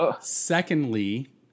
Secondly